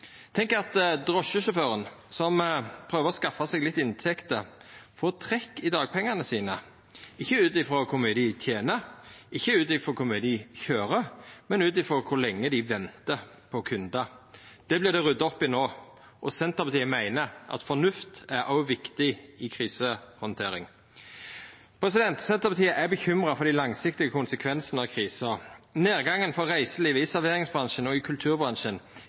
Tenk at drosjesjåførar, som prøver å skaffa seg litt inntekter, får trekk i dagpengane sine, ikkje ut frå kor mye dei tener, ikkje ut frå kor mykje dei køyrer, men ut frå kor lenge dei ventar på kundar. Det vert det rydda opp i no. Senterpartiet meiner at fornuft er òg viktig i krisehandtering. Senterpartiet er bekymra for dei langsiktige konsekvensane av krisa. Nedgangen for reiselivet, i serveringsbransjen og i kulturbransjen